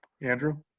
andrew